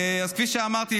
אז כפי שאמרתי,